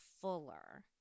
fuller